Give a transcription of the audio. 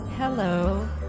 Hello